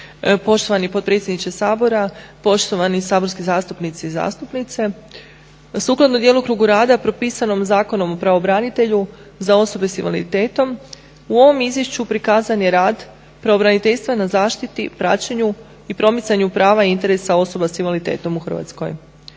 Poštovani potpredsjedniče Sabora, poštovani saborski zastupnici i zastupnice. Sukladno djelokrugu rada propisanom Zakonom o pravobranitelju za osobe sa invaliditetom u ovom izvješću prikazan je rad pravobraniteljstva na zaštiti i praćenju i promicanju prava i interesa osoba sa invaliditetom u Hrvatskoj.